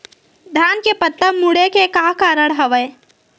धान के पत्ता मुड़े के का कारण हवय?